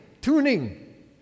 tuning